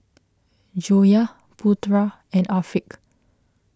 Joyah Putra and Afiq